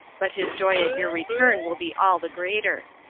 but his joy your return will be all the greater.